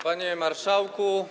Panie Marszałku!